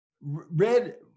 red